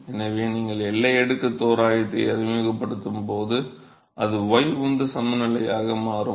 எனவே நீங்கள் எல்லை அடுக்கு தோராயத்தை அறிமுகப்படுத்தும்போது அது y உந்த சமநிலையாக இருக்கும்